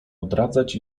odradzać